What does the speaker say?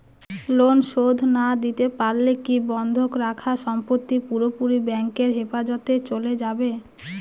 Loan শোধ না দিতে পারলে কি বন্ধক রাখা সম্পত্তি পুরোপুরি ব্যাংকের হেফাজতে চলে যাবে?